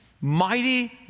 Mighty